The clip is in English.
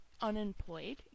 unemployed